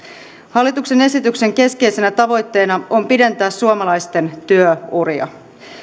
hallituksen esityksen keskeisenä tavoitteena on pidentää suomalaisten työuria